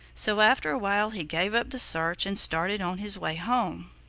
so after a while he gave up the search and started on his way home.